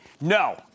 No